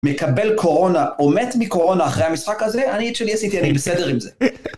מקבל קורונה, או ת מקורונה אחרי המשחק הזה, אני את שלי עשיתי, אני בסדר עם זה.